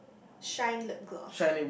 shine lip gloss